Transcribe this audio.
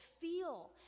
feel